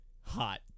hot